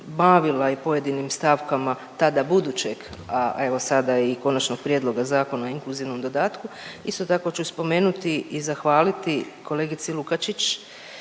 bavila i pojedinim stavkama tada budućeg, a evo sada i konačnog prijedloga Zakona o inkluzivnom dodatku, isto tako ću spomenuti i zahvaliti kolegici Lukačić